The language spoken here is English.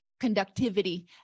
conductivity